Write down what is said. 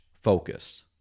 focus